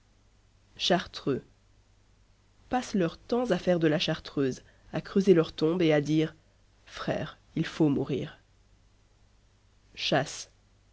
chartreux passent leur temps à faire de la chartreuse à creuser leur tombe et à dire frère il faut mourir chasse